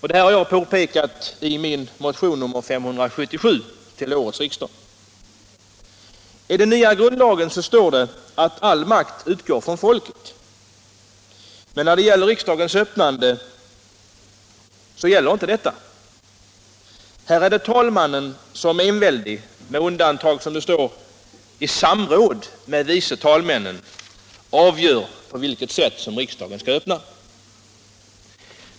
Detta har jag påpekat i min motion 1976/77:577. I den nya grundlagen står att all makt utgår från folket. Men detta gäller inte riksdagens öppnande. Här är det talmannen som är enväldig, med undantag för när han — som det står — i samråd med vice talmännen anger på vilket sätt riksdagen skall öppnas.